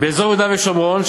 באזור יהודה ושומרון,